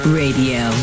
radio